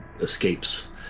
escapes